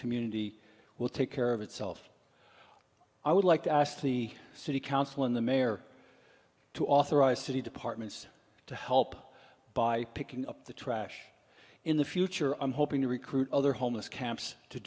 community will take care of itself i would like to ask the city council and the mayor to authorize city departments to help by picking up the trash in the future i'm hoping to recruit other homeless camps to